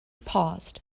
paused